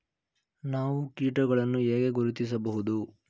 ನಾವು ಕೀಟಗಳನ್ನು ಹೇಗೆ ಗುರುತಿಸಬಹುದು?